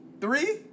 Three